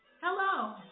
Hello